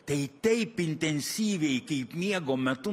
tai taip intensyviai kaip miego metu